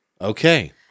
Okay